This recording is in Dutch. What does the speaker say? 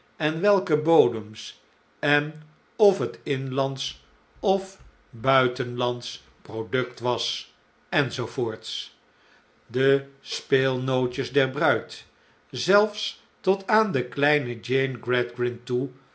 en welke bodems en of hetinlandsch of buitehlandsch product was en zoo voorts de speelnootjes der bruid zelfs tot aan de kleine jane gradgrind toe